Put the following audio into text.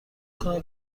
کنم